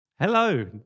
Hello